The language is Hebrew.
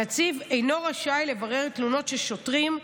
הנציב אינו רשאי לברר תלונות של שוטרים,